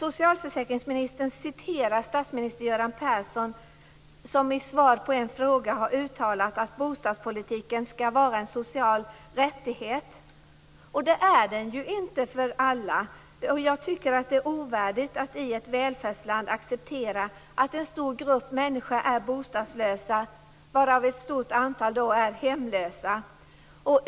Göran Persson, som i svar på en fråga har uttalat att bostadspolitiken skall vara en social rättighet. Men det är den ju inte för alla. Jag tycker att det är ovärdigt att i ett välfärdsland acceptera att en stor grupp människor är bostadslösa, varav ett stort antal också är hemlösa.